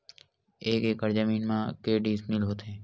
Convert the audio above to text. एक एकड़ जमीन मा के डिसमिल होथे?